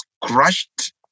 crushed